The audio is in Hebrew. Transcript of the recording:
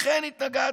לכן התנגדנו.